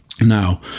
Now